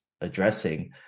addressing